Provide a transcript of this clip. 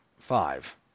five